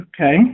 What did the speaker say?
Okay